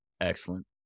Excellent